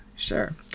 Sure